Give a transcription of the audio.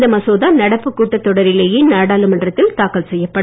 இந்த மசோதா நடப்பு கூட்டத் தொடரிலியே நாடாளுமன்றத்தில் தாக்கல் செய்யப்படும்